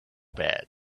bad